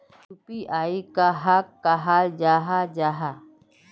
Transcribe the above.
UPI कहाक कहाल जाहा जाहा?